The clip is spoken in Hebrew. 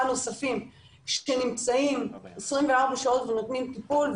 נוספים שנמצאים עשרים וארבע שעות שנותנים טיפול.